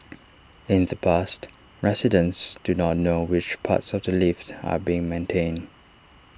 in the past residents do not know which parts of the lift are being maintained